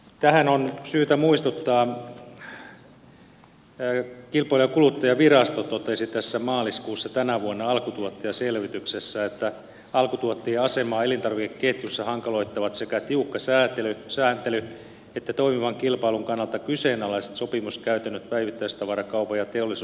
tähän on syytä muistuttaa että kilpailu ja kuluttajavirasto totesi maaliskuussa tänä vuonna alkutuottajaselvityksessä että alkutuottajien asemaa elintarvikeketjussa hankaloittavat sekä tiukka sääntely että toimivan kilpailun kannalta kyseenalaiset sopimuskäytännöt päivittäistavarakaupan ja teollisuuden kanssa